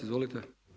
Izvolite.